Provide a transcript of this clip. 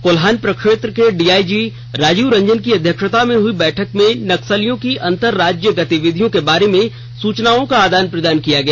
कोल्हान प्रक्षेत्र के डीआईजी राजीव रंजन की अध्यक्षता में हुई बैठक में नक्सलियों की अंतर राज्य गतिविधियों के बारे में सुचनाओं का आदान प्रदान किया गया